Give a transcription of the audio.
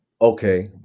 okay